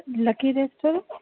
lucky restaurant